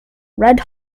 red